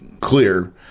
clear